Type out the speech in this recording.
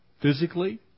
physically